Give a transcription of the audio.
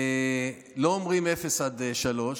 לא אומרים אפס עד שלוש,